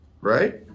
Right